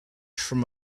from